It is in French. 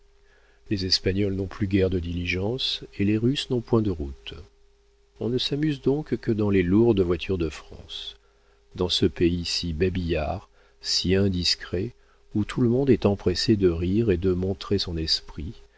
les espagnols n'ont plus guère de diligences et les russes n'ont point de routes on ne s'amuse donc que dans les lourdes voitures de france dans ce pays si babillard si indiscret où tout le monde est empressé de rire et de montrer son esprit